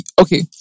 okay